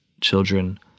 children